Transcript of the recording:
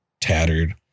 tattered